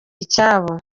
icyabo